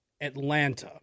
Atlanta